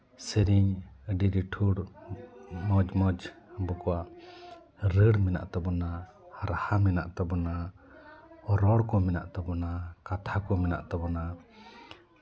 ᱥᱮᱨᱮᱧ ᱟᱹᱰᱤ ᱞᱤᱴᱷᱩᱨ ᱢᱚᱡᱽ ᱢᱚᱡᱽ ᱵᱚᱠᱟᱜ ᱨᱟᱹᱲ ᱢᱮᱱᱟᱜ ᱛᱟᱵᱚᱱᱟ ᱨᱟᱦᱟ ᱢᱮᱱᱟᱜ ᱛᱟᱵᱚᱱᱟ ᱨᱚᱲ ᱢᱮᱱᱟᱜ ᱛᱟᱵᱚᱱᱟ ᱠᱟᱛᱷᱟ ᱠᱚ ᱢᱮᱱᱟᱜ ᱛᱟᱵᱚᱱᱟ